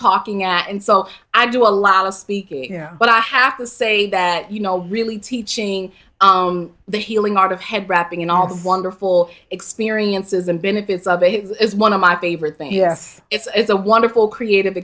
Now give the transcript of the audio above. talking at and so i do a lot of speaking i have to say that you know really teaching the healing art of head wrapping and all the wonderful experiences and benefits of it is one of my favorite things yes it's a wonderful creative